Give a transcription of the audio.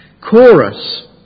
chorus